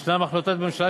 יש החלטת ממשלה,